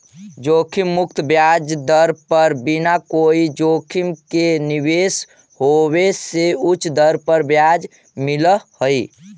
जोखिम मुक्त ब्याज दर पर बिना कोई जोखिम के निवेश होवे से उच्च दर पर ब्याज मिलऽ हई